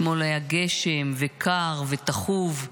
אתמול היה גשם וקר וטחוב.